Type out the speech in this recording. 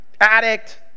addict